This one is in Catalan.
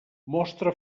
mostra